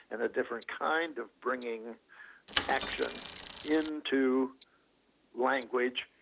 and a different kind of bringing action into language,